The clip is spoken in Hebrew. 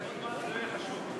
נא לשבת.